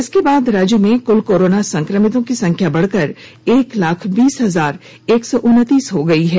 इसके बाद राज्य में कुल कोरोना संक्रमितों की संख्या बढ़कर एक लाख बीस हजार एक सौ उनतीस हो गई है